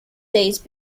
days